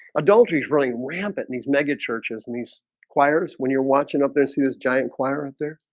adultery is running rampant in these mega churches and these choirs when you're watching up there see this giant choir out there